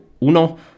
Uno